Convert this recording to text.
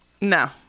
No